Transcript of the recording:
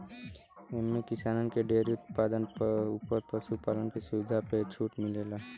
एम्मे किसानन के डेअरी उत्पाद अउर पशु पालन के सुविधा पे छूट मिलेला